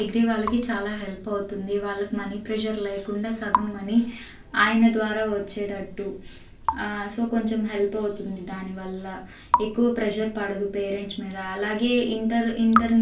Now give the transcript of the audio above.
degree వాళ్ళకి చాలా help అవుతుంది వాళ్ళకు మనీ ప్రెషర్ లేకుండా సగం మనీ ఆయన ద్వారా వచ్చేటట్టు సో కొంచెం హెల్ప్ అవుతుంది దానివల్ల ఎక్కువ ప్రెజర్ పడదు పేరెంట్స్ మీద అలాగే ఇంటర్ ఇంటర్